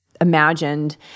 imagined